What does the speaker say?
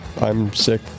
I'm-sick